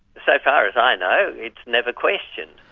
so far as i know, it's never questioned.